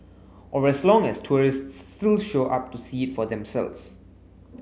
or as long as tourists still show up to see it for themselves